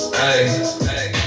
hey